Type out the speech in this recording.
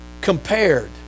compared